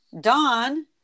Dawn